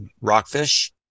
rockfish